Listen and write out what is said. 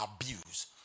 abuse